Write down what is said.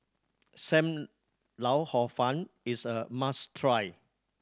Sam Lau Hor Fun is a must try